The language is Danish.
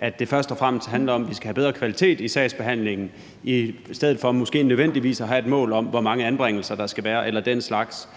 at det først og fremmest skal handle om, at vi skal have en bedre kvalitet i sagsbehandlingen i stedet for måske nødvendigvis at have et mål om, hvor mange anbringelser der skal være eller den slags.